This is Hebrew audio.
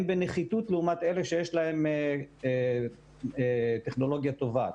הם בנחיתות לעומת אלה שיש להם טכנולוגיה טובה.